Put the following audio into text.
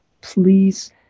please